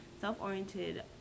Self-oriented